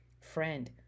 Friend